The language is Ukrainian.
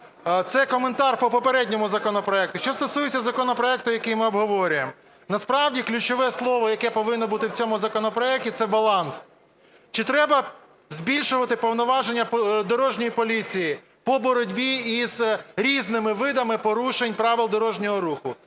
Це коментар по попередньому законопроекту. Що стосується законопроекту, який ми обговорюємо, насправді ключове слово, яке повинно бути в цьому законопроекті, – це "баланс". Чи треба збільшувати повноваження дорожньої поліції по боротьбі із різними видами порушень правил дорожнього руху?